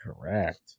correct